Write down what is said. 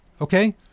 Okay